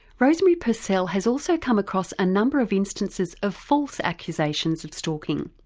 rosemary purcell has also come across a number of instances of false accusations of stalking.